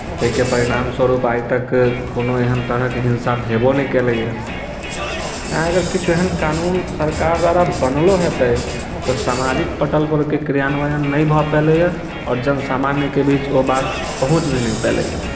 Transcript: ताहिके परिणामस्वरूप आइ तक कोनो एहन तरहके हिंसा भेबो नहि केलैए तैँ अगर किछु एहन कानून सरकार द्वारा बनलो हेतै तऽ सामाजिक पटलपर ओहिके क्रियान्वयन नहि भऽ पयलैए आओर जन सामान्यके बीच ओ बात पहुँच भी नहि पयलैए